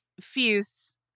Fuse